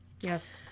Yes